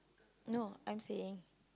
no I'm saying